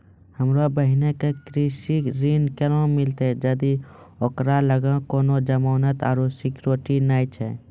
हमरो बहिनो के कृषि ऋण केना मिलतै जदि ओकरा लगां कोनो जमानत आरु सिक्योरिटी नै छै?